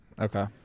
okay